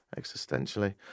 existentially